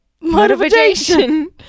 motivation